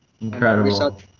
Incredible